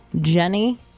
Jenny